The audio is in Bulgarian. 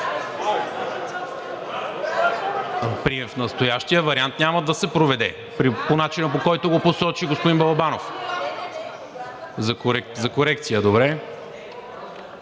В настоящия вариант няма да се проведе по начина, по който го посочи господин Балабанов. За корекция, добре.